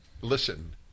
listen